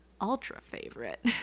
ultra-favorite